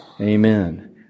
Amen